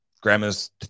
grandma's